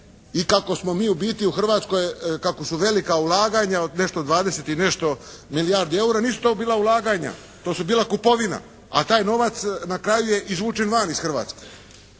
i kako smo mi u biti u Hrvatskoj, kako su velika ulaganja od nešto, 20 i nešto milijardi EUR-a. Nisu to bila ulaganja. To su bila kupovina. A taj novac na kraju je izvučen van iz Hrvatske.